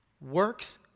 Works